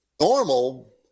normal